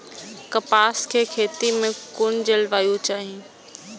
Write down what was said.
कपास के खेती में कुन जलवायु चाही?